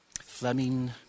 Fleming